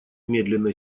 медленно